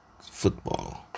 football